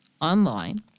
online